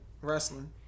wrestling